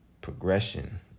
progression